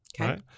Okay